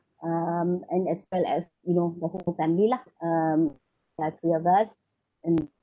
um and as well as you know the whole family lah um three of us